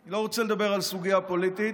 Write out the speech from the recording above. אני לא רוצה לדבר על סוגיה פוליטית.